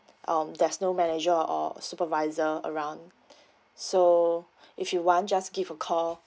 um there's no manager or a supervisor around so if you want just give a call